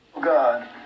God